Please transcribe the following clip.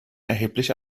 erheblich